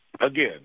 again